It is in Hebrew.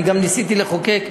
אני גם ניסיתי לחוקק,